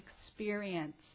experience